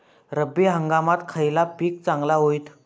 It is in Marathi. रब्बी हंगामाक खयला पीक चांगला होईत?